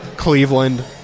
Cleveland